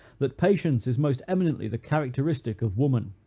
that patience is most eminently the characteristic of woman.